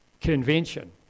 convention